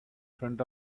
front